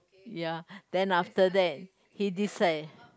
ya then after that he decide